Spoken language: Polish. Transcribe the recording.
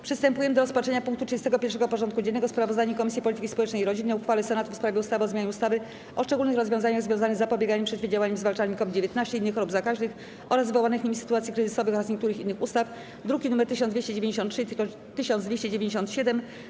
Przystępujemy do rozpatrzenia punktu 31. porządku dziennego: Sprawozdanie Komisji Polityki Społecznej i Rodziny o uchwale Senatu w sprawie ustawy o zmianie ustawy o szczególnych rozwiązaniach związanych z zapobieganiem, przeciwdziałaniem i zwalczaniem COVID-19, innych chorób zakaźnych oraz wywołanych nimi sytuacji kryzysowych oraz niektórych innych ustaw (druki nr 1293 i 1297)